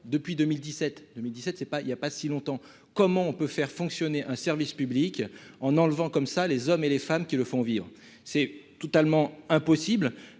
pas il y a pas si longtemps, comment on peut faire fonctionner un service public en enlevant comme ça, les hommes et les femmes qui le font vivre, c'est totalement impossible,